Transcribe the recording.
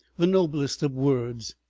the noblest of words.